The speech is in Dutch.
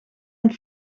een